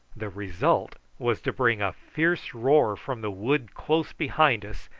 the result was to bring a fierce roar from the wood close behind us,